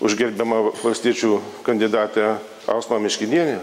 už gerbiamą valstiečių kandidatę ausma miškinienę